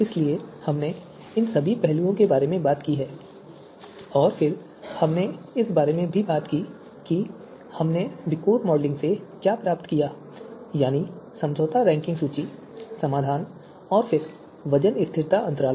इसलिए हमने इन सभी पहलुओं के बारे में बात की है और फिर हमने इस बारे में भी बात की कि हमने विकोर मॉडलिंग से क्या प्राप्त किया उदाहरण के लिए समझौता रैंकिंग सूची समाधान और फिर वजन स्थिरता अंतराल